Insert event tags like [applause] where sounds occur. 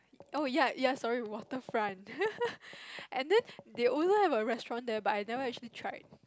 oh ya ya sorry Waterfront [laughs] and then they also have a restaurant nearby that one I actually tried